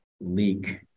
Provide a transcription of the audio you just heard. leak